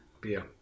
beer